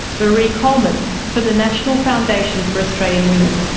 marie coleman from the national foundation for australian women